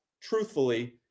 truthfully